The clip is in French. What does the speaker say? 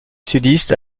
sudistes